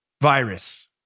virus